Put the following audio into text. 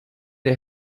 der